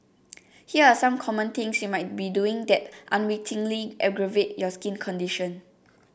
here are some common things you might be doing that unwittingly aggravate your skin condition